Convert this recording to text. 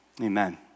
Amen